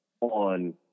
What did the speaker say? on